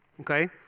Okay